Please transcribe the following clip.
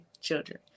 children